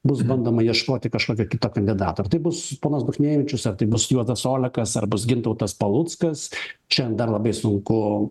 bus bandoma ieškoti kažkokio kito kandidato ir tai bus ponas duchnevičius ar tai bus juozas olekas ar bus gintautas paluckas čia dar labai sunku